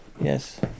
Yes